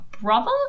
brother